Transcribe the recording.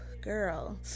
girl